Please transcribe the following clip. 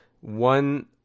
One